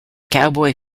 cowboy